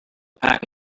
pack